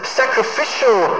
sacrificial